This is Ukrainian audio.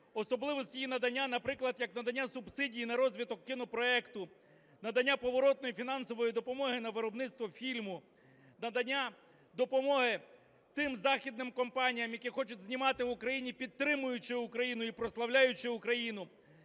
особливо її надання, наприклад, як надання субсидії на розвиток кінопроекту, надання поворотної фінансової допомоги на виробництво фільму, надання допомоги тим західним компаніям, які хочуть знімати в Україні, підтримуючи Україну і прославляючи Україну,